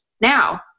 now